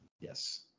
yes